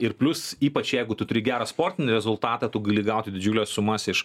ir plius ypač jeigu tu turi gerą sportinį rezultatą gali gauti didžiules sumas iš